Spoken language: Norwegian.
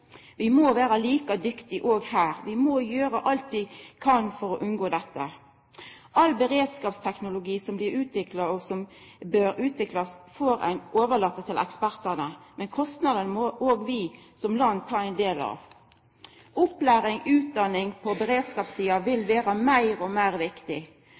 Vi må vera like dyktige òg her, vi må gjera alt vi kan for å unngå dette. All beredskapsteknologi som blir utvikla, og som bør utviklast, får ein overlata til ekspertane, men kostnadene må òg vi som land ta ein del av. Opplæring og utdanning på beredskapssida vil vera meir og meir viktig.